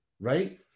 Right